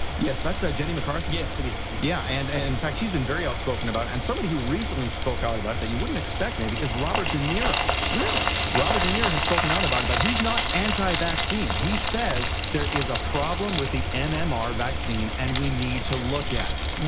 yes, that's ah jenny mccarthy. yes, it is, yes. yeah, yeah and and in fact, she's been very outspoken about it. and somebody who recently spoke out about it that you wouldn't expect, maybe, is robert de niro? really? robert de niro has spoken out about it, but he's not anti-vaccine, he says there is a problem with the ah mmr vaccine and we need to look at it.